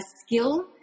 skill